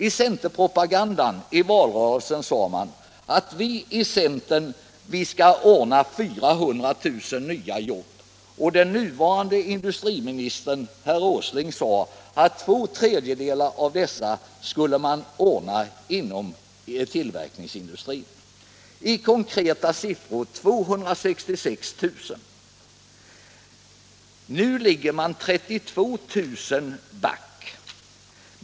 I centerpropagandan i samband med valrörelsen sade man att ”vi i centern skall ordna 400 000 nya jobb”, och den nuvarande industriministern, herr Åsling, sade att två tredjedelar av dessa skulle ordnas inom tillverkningsindustrin — i konkreta siffror 266 000. Nu ligger man 32 000 back.